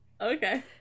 Okay